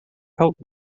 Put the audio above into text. help